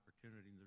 opportunity